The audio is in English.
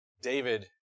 David